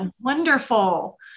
wonderful